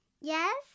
Yes